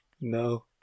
No